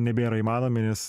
nebėra įmanomi nes